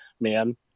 man